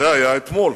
זה היה אתמול.